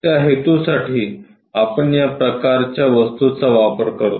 त्या हेतूसाठी आपण या प्रकारच्या वस्तूचा वापर करतो